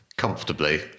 comfortably